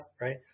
right